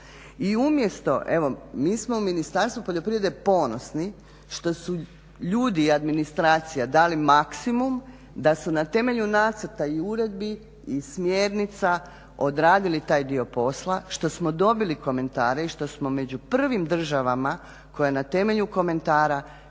I umjesto evo mi smo u Ministarstvu poljoprivrede ponosni što su ljudi i administracija dali maksimum, da su na temelju nacrta i uredbi i smjernica odradili taj dio posla, što smo dobili komentare i što smo među prvim državama koja na temelju komentara